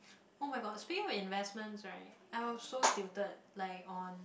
[oh]-my-gosh speaking with investments right I was so tilted like on